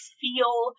feel